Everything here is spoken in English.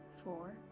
four